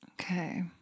Okay